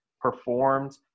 performed